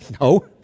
No